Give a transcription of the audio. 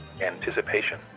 anticipation